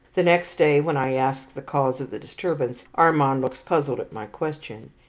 the next day when i ask the cause of the disturbance, armand looks puzzled at my question.